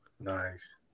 Nice